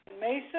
Mesa